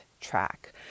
track